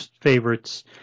favorites